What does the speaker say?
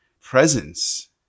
presence